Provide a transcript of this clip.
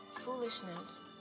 foolishness